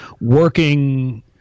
working